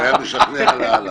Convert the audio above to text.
היה משכנע לאללה.